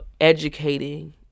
educating